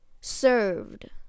Served